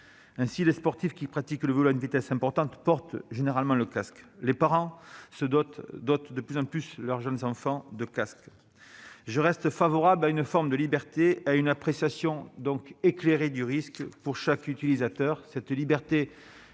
Ainsi, les sportifs qui roulent à vélo à une vitesse élevée portent généralement le casque ; les parents, eux, dotent de plus en plus les jeunes enfants de casques. Je reste favorable à une forme de liberté et à une appréciation éclairée du risque pour chaque utilisateur.